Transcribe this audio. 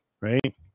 right